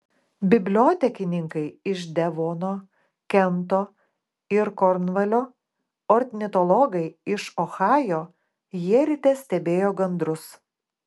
bibliotekininkai iš devono kento ir kornvalio ornitologai iš ohajo jie ryte stebėjo gandrus